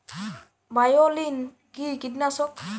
বায়োলিন কি কীটনাশক?